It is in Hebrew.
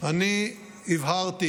אני הבהרתי